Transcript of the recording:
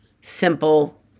simple